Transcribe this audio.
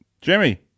Jimmy